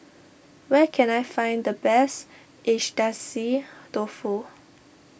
where can I find the best Agedashi Dofu